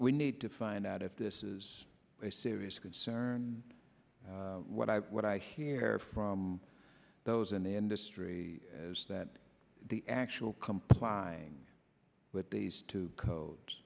we need to find out if this is a serious concern what i what i hear from those in the industry as that the actual complying with these two co